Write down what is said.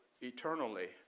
eternally